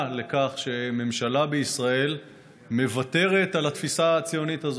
לכך שממשלה בישראל מוותרת על התפיסה הציונית הזאת.